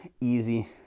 easy